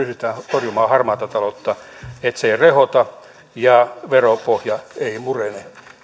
torjumaan harmaata taloutta että se ei rehota ja veropohja ei murene